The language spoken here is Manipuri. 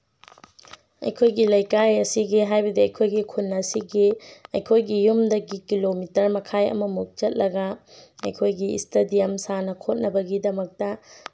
ꯑꯩꯈꯣꯏꯒꯤ ꯂꯩꯀꯥꯏ ꯑꯁꯤꯒꯤ ꯍꯥꯏꯕꯗꯤ ꯑꯩꯈꯣꯏꯒꯤ ꯈꯨꯜ ꯑꯁꯤꯒꯤ ꯑꯩꯈꯣꯏꯒꯤ ꯌꯨꯝꯗꯒꯤ ꯀꯤꯂꯣꯃꯤꯇꯔ ꯃꯈꯥꯏ ꯑꯃꯃꯨꯛ ꯆꯠꯂꯒ ꯑꯩꯈꯣꯏꯒꯤ ꯏꯁꯇꯦꯗꯤꯌꯝ ꯁꯥꯟꯅ ꯈꯣꯠꯅꯕꯒꯤꯗꯃꯛꯇ